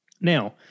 Now